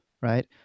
right